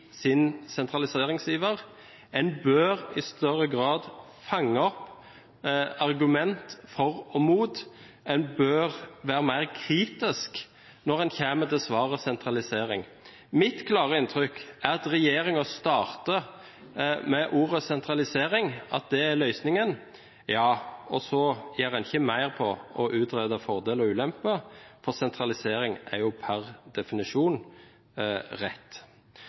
sin sentraliseringsiver. En bør i større grad fange opp argument for og mot, en bør være mer kritisk når en kommer til svaret sentralisering. Mitt klare inntrykk er at regjeringen starter med ordet «sentralisering», at det er løsningen, og så gjør en ikke mer for å utrede fordeler og ulemper – for sentralisering er per definisjon rett.